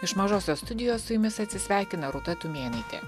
iš mažosios studijos su jumis atsisveikina rūta tumėnaitė